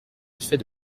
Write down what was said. effet